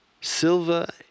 Silva